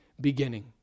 beginning